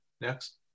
Next